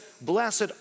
blessed